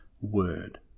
word